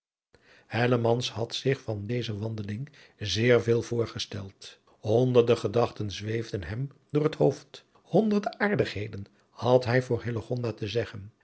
had zich van deze wandeling zeer veel voorgesteld honderde gedachten zweefden hem door het hoofd honderde aardigheden had hij voor hillegonda te zeggen